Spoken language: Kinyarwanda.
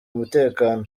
umutekano